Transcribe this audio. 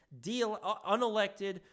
unelected